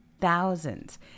Thousands